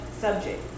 subject